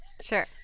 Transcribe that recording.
Sure